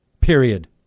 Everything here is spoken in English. period